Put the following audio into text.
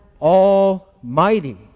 Almighty